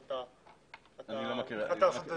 אבל אתה החלטת לעשות את זה,